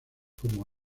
como